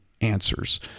answers